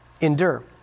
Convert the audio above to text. endure